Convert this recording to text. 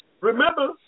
Remember